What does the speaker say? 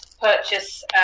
purchase